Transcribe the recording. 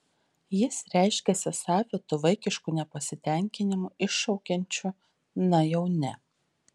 jis reiškiasi savitu vaikišku nepasitenkinimu iššaukiančiu na jau ne